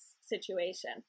situation